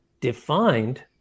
defined